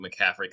McCaffrey